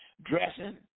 Dressing